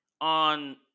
on